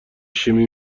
شیمی